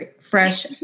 fresh